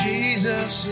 Jesus